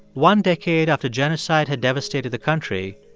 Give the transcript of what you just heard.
one decade after genocide had devastated the country,